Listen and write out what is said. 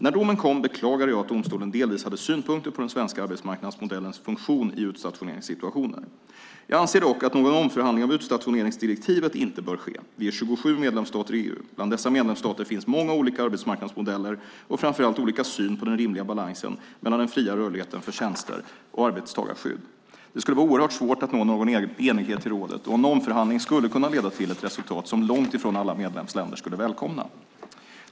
När domen kom beklagade jag att domstolen delvis hade synpunkter på den svenska arbetsmarknadsmodellens funktion i utstationeringssituationer. Jag anser dock att någon omförhandling av utstationeringsdirektivet inte bör ske. Vi är 27 medlemsstater i EU. Bland dessa medlemsstater finns många olika arbetsmarknadsmodeller och framför allt olika syn på den rimliga balansen mellan den fria rörligheten för tjänster och arbetstagarskydd. Det skulle vara oerhört svårt att nå någon enighet i rådet och en omförhandling skulle kunna leda till ett resultat som långt ifrån alla medlemsländer skulle välkomna.